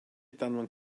danfon